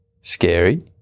scary